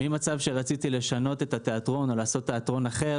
ממצב שרציתי לשנות את התיאטרון ולעשות תיאטרון אחר